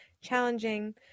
challenging